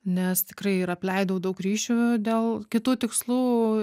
nes tikrai ir apleidau daug ryšių dėl kitų tikslų